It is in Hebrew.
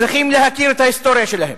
צריכים להכיר את ההיסטוריה שלהם,